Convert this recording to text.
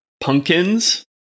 Pumpkins